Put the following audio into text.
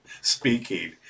speaking